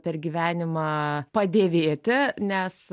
per gyvenimą padėvėti nes